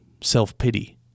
self-pity